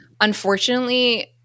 unfortunately